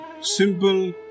simple